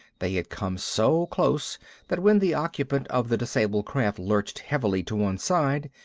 they had come so close that when the occupant of the disabled craft lurched heavily to one side,